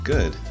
Good